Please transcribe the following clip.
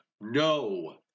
No